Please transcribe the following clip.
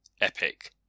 epic